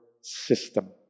system